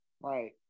Right